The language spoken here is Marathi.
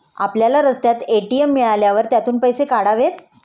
आपल्याला रस्त्यात ए.टी.एम मिळाल्यावर त्यातून पैसे काढावेत